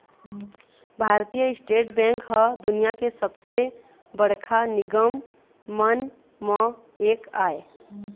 भारतीय state bank ह दुनिया के सबले बड़का निगम मन म एक आय